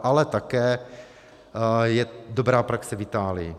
Ale také je dobrá praxe v Itálii.